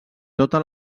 tota